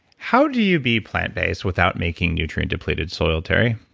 how do you be plant based without making nutrient depleted soil teri?